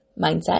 mindset